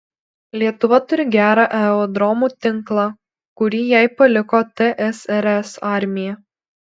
lietuva turi gerą aerodromų tinklą kurį jai paliko tsrs armija